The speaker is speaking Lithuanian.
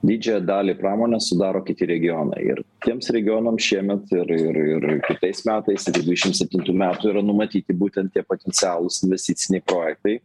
didžiąją dalį pramonės sudaro kiti regionai ir tiems regionams šiemet ir ir ir kitais metais iki dvidešims septintų metų yra numatyti būtent tie potencialūs investiciniai projektai